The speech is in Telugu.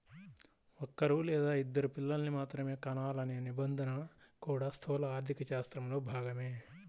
ఒక్కరూ లేదా ఇద్దరు పిల్లల్ని మాత్రమే కనాలనే నిబంధన కూడా స్థూల ఆర్థికశాస్త్రంలో భాగమే